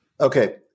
Okay